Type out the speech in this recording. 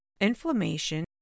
inflammation